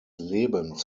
lebens